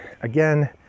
Again